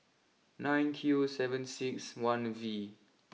nine Q seven six one V